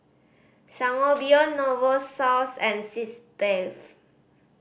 Sangobion Novosource and Sitz Bath